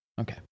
Okay